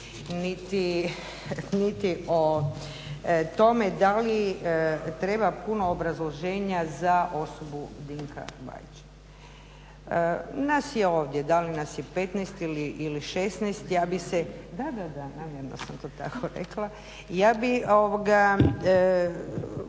niti o tome da li treba puno obrazloženja za osobu Dinka Bajića. Nas je ovdje, da li nas je 15 ili 16 ja bih se … /Upadica se ne razumije./… Da, da namjerno sam to tako rekla. Ja bih,